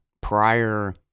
prior